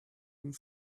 and